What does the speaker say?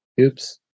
Oops